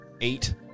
Eight